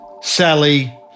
Sally